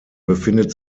befindet